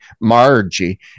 Margie